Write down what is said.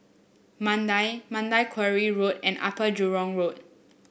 Mandai Mandai Quarry Road and Upper Jurong Road